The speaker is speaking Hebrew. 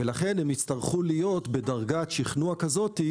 ולכן הם יצטרכו להיות בדרגת שכנוע כזאת,